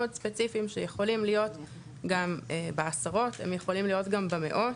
ספציפיים שיכולים להיות גם בעשרות וגם במאות.